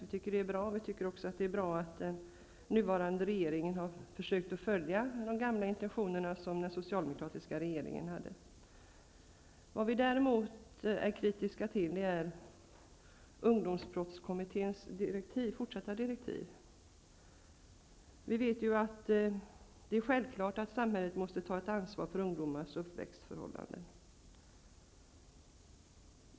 Vi tycker att det är bra, och vi tycker också att det är bra att den nuvarande regeringen försöker följa de intentioner som den gamla socialdemokratiska regeringen hade. Vad vi däremot är kritiska till är ungdomsbrottskommitténs fortsatta direktiv. Det är självklart att samhället måste ta ett ansvar för ungdomars tillväxtförhållanden.